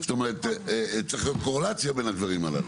זאת אומרת צריך גם קורלציה בין הדברים הללו.